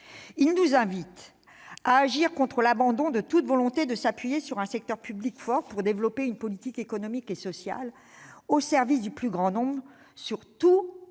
nous invitent à agir contre l'abandon de toute volonté de s'appuyer sur un secteur public fort pour développer une politique économique et sociale au service du plus grand nombre, sur tout